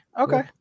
Okay